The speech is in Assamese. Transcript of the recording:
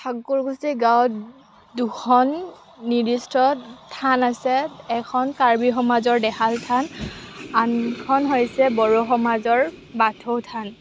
ঠাকুৰকুছি গাৱঁত দুখন নিৰ্দিষ্ট থান আছে এখন কাৰ্বি সমাজৰ দেহাল থান আনখন হৈছে বড়ো সমাজৰ বাথৌ থান